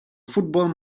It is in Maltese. futbol